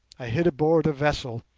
i hid aboard a vessel.